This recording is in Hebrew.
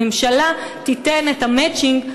הממשלה תיתן את המצ'ינג,